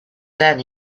then